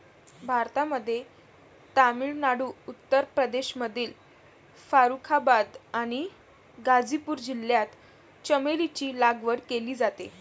भारतामध्ये तामिळनाडू, उत्तर प्रदेशमधील फारुखाबाद आणि गाझीपूर जिल्ह्यात चमेलीची लागवड केली जाते